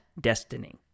destiny